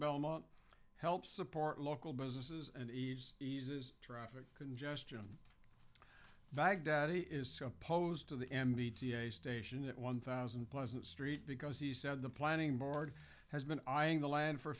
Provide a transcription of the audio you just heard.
belmont helps support local businesses and ease eases traffic congestion baghdadi is so opposed to the m b t a station at one thousand pleasant street because he said the planning board has been eyeing the land for